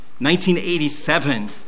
1987